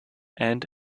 end